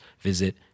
visit